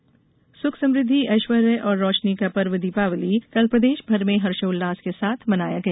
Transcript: दीपावली सुख समुद्धि ऐष्वर्य और रोषनी का पर्व दीपावाली कल प्रदेष भर में हर्षोल्लास के साथ मनाया गया